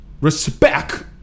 respect